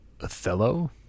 Othello